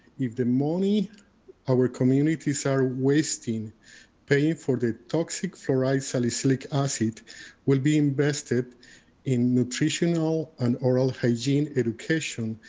if the money our communities are wasting paying for the toxic fluoride salicylic acid will be invested in nutritional and oral hygiene education,